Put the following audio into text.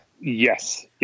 Yes